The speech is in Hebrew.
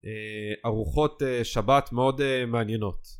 ארוחות שבת מאוד מעניינות